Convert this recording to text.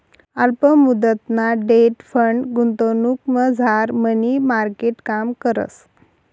अल्प मुदतना debt fund गुंतवणुकमझार मनी मार्केट काम करस